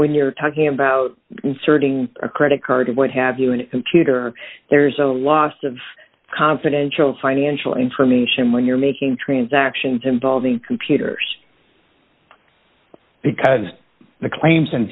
when you're talking about inserting a credit card what have you and computer there's a lost of confidential financial information when you're making transactions involving computers because the claims